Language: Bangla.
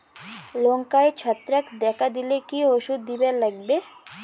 লঙ্কায় ছত্রাক দেখা দিলে কি ওষুধ দিবার লাগবে?